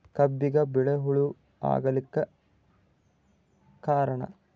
ಕಬ್ಬಿಗ ಬಿಳಿವು ಹುಳಾಗಳು ಆಗಲಕ್ಕ ಕಾರಣ?